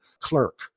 clerk